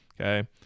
okay